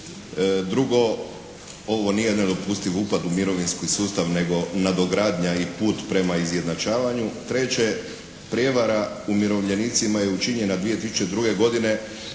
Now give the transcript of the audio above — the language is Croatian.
Drugo, ovo nije nedopustiv upad u mirovinski sustav, nego nadogradnja i put prema izjednačavanju. Treće, prijevara umirovljenicima je učinjena 2002. godine